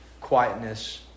quietness